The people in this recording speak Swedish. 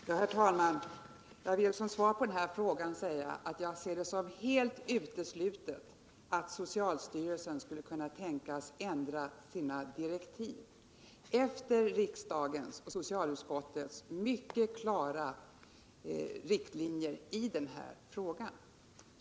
Herr talman! Jag vill som svar på denna fråga säga att jag ser det som helt uteslutet att socialstyrelsen skulle kunna tänkas ändra sina anvisningar efter socialutskottets och riksdagens mycket klara riktlinjer i frågan.